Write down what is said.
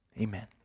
amen